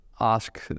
ask